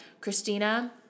Christina